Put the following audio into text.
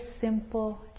simple